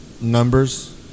numbers